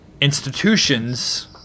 institutions –